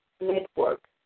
network